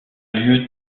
lieu